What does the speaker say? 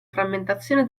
frammentazione